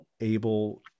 able